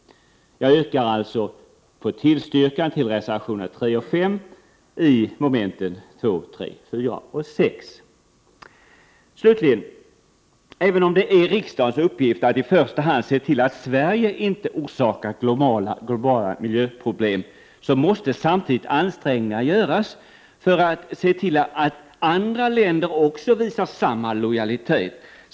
Jag tillstyrker alltså reservationerna 3 och 4 i mom. 2, 3, 4 och 6. Även om det är riksdagens uppgift att i första hand se till att Sverige inte orsakar globala miljöproblem, måste samtidigt ansträngningar göras för att se till att andra länder också visar samma lojalitet.